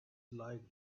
like